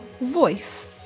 voice